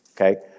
okay